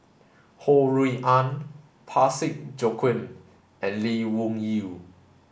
Ho Rui An Parsick Joaquim and Lee Wung Yew